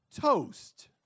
toast